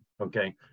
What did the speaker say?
Okay